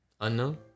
unknown